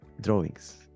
drawings